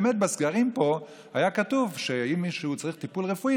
באמת בסגרים פה היה כתוב שאם מישהו צריך טיפול רפואי,